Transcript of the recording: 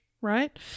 right